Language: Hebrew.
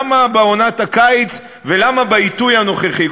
למה בעונת הקיץ ולמה בעיתוי הנוכחי?